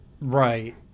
Right